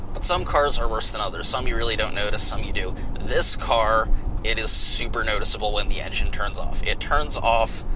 but some cars are worse than others, some you really don't notice, some you do. this car it is super noticeable when the engine turns off. it turns off